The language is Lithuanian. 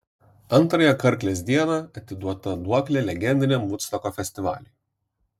antrąją karklės dieną atiduota duoklė legendiniam vudstoko festivaliui